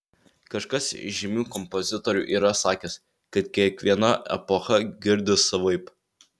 kažkas iš žymių kompozitorių yra sakęs kad kiekviena epocha girdi savaip